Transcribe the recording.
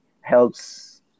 helps